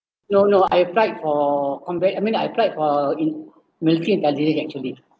no no I applied for combat I mean I applied for in actually